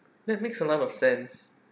that makes a lot of sense